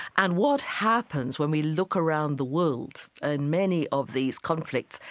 and what happens when we look around the world and many of these conflicts,